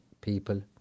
people